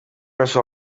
oso